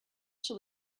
shall